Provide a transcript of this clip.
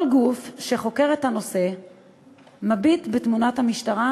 כל גוף שחוקר את הנושא מביט בתמונת המשטרה,